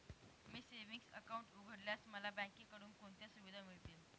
मी savings account उघडल्यास मला बँकेकडून कोणत्या सुविधा मिळतील?